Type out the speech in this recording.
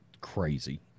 crazy